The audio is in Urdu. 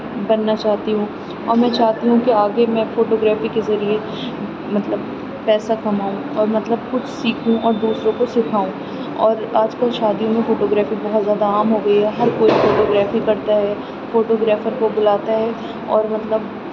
بننا چاہتی ہوں اور میں چاہتی ہوں کہ آگے میں فوٹوگرافی کے ذریعے مطلب پیسہ کماؤں اور مطلب کچھ سیکھوں اور دوسروں کو سکھاؤں اور آج کل شادیوں میں فوٹوگرافی بہت زیادہ عام ہو گئی ہے ہر کوئی فوٹوگرافی کرتا ہے فوٹوگرافر کو بلاتا ہے اور مطلب